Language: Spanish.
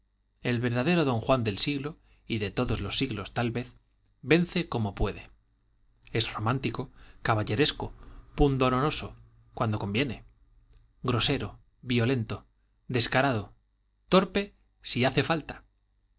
el verdadero don juan del siglo y de todos los siglos tal vez vence como puede es romántico caballeresco pundonoroso cuando conviene grosero violento descarado torpe si hace falta